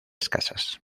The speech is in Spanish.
escasas